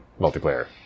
multiplayer